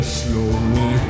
slowly